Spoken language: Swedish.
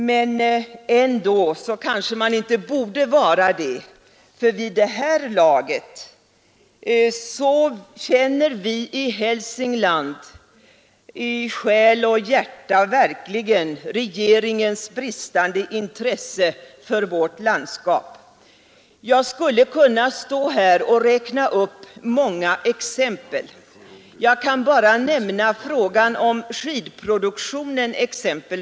Men man kanske ändå inte borde vara det; vid det här laget känner vi i Hälsingland verkligen i själ och hjärta regeringens bristande intresse för vårt landskap. Jag skulle kunna stå här och räkna upp många exempel på det. Jag kan exempelvis nämna frågan om skidproduktionen.